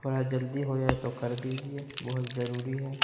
تھوڑا جلدی ہو جائے تو کر دیجیے بہت ضروری ہے